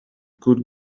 could